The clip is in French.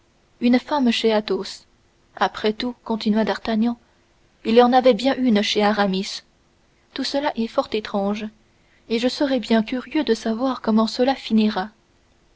une femme chez athos après tout continua d'artagnan il y en avait bien une chez aramis tout cela est fort étrange et je serais bien curieux de savoir comment cela finira